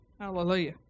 Hallelujah